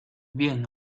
bien